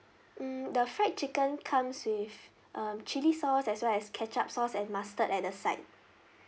mm the fried chicken comes with um chili sauce as well as ketchup sauce and mustard at the side